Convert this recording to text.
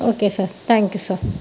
okay sir thank you sir